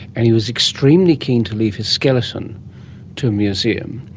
and he was extremely keen to leave his skeleton to a museum,